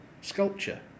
sculpture